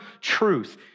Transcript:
truth